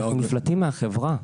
אנחנו נפלטים מהחברה.